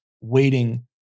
waiting